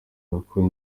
nako